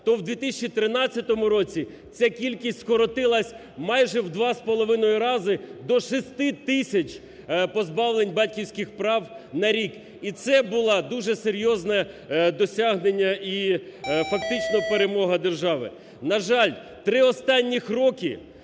то в 2013 року ця кількість скоротилась майже в 2,5 рази, до 6 тисяч позбавлень батьківських прав на рік. І це було дуже серйозне досягнення і фактично перемога держави. На жаль, три останніх роки